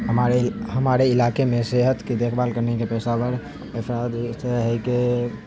ہمارے ہمارے علاقے میں صحت کی دیکھ بھال کرنے کے پیشہ ور افراد اس طرح ہے کہ